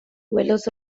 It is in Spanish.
vuelos